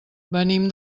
venim